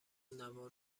نوار